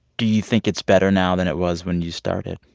do you think it's better now than it was when you started?